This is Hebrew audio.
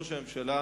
ראש הממשלה